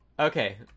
okay